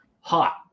hot